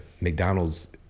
McDonald's